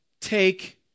take